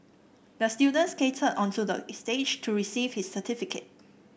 the student skated onto the stage to receive his certificate